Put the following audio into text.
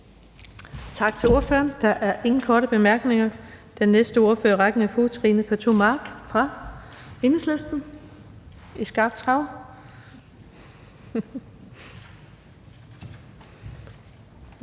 Tak til ordføreren. Der er ingen korte bemærkninger. Og den næste ordfører i rækken er fru Trine Pertou Mach fra Enhedslisten – i skarpt trav.